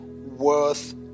worth